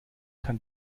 kann